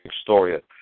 story